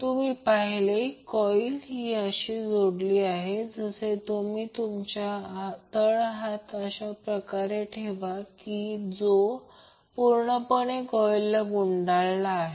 तुम्ही पाहिले कॉइल अशी जोडली आहे जसे तुम्ही तुमचा तळहात अशा प्रकारे ठेवा की तो पूर्णपणे कॉइलला गुंडाळत आहे